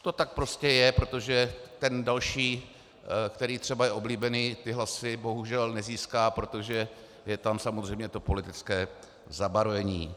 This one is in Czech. To tak prostě je, protože ten další, který je třeba oblíbený, ty hlasy bohužel nezíská, protože je tam samozřejmě to politické zabarvení.